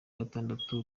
gatandatu